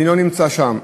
אני לא נמצא שם.